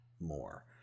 more